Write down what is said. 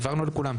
העברנו לכולם.